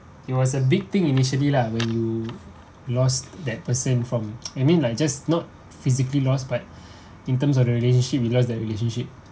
it was a big thing initially lah when you lost that person from I mean like just not physically lost but in terms of relationship you lost that relationship